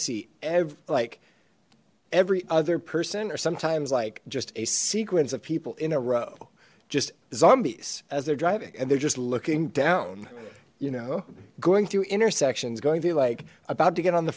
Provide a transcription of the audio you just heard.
see every like every other person or sometimes like just a sequence of people in a row just zombies as they're driving and they're just looking down you know going through intersections going through like about to get on the